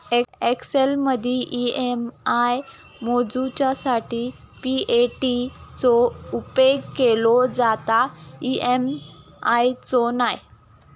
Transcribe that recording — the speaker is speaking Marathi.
एक्सेलमदी ई.एम.आय मोजूच्यासाठी पी.ए.टी चो उपेग केलो जाता, ई.एम.आय चो नाय